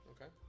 Okay